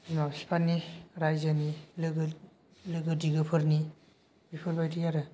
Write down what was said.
बिमा बिफानि रायजोनि लोगोनि लोगो दिगोफोरनि बिफोरबायदि आरो